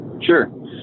Sure